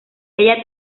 ella